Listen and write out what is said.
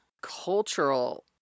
Cultural